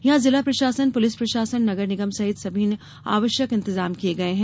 यहां जिला प्रशासन पुलिस प्रशासन नगर निगम सहित सभी ने आवश्यक इंतजाम किये है